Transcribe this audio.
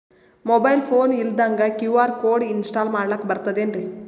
Mobile phone ಇಲ್ದಂಗ QR code install ಮಾಡ್ಲಕ ಬರ್ತದೇನ್ರಿ?